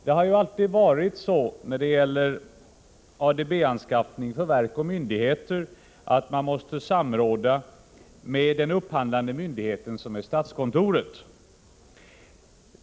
Det har ju alltid varit så när det gäller ADB-anskaffning för verk och myndigheter, att man måste samråda med den upphandlande myndigheten, statskontoret.